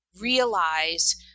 realize